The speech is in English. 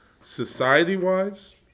Society-wise